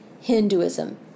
Hinduism